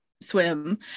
swim